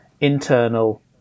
Internal